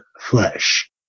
flesh